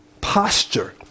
posture